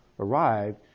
arrived